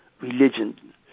religion